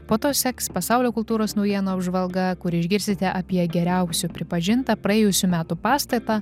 po to seks pasaulio kultūros naujienų apžvalga kur išgirsite apie geriausiu pripažintą praėjusių metų pastatą